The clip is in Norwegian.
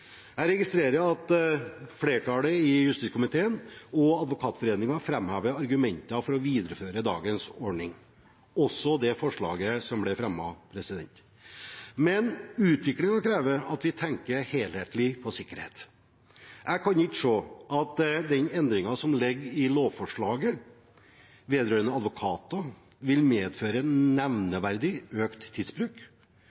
Jeg registrerer at flertallet i justiskomiteen og Advokatforeningen framhever argumenter for å videreføre dagens ordning – også forslaget som ble fremmet. Men utviklingen krever at vi tenker helhetlig på sikkerhet. Jeg kan ikke se at den endringen som ligger i lovforslaget vedrørende advokater, vil medføre